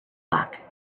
luck